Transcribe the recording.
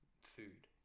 food